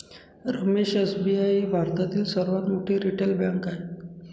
Ramesh SBI ही भारतातील सर्वात मोठी रिटेल बँक आहे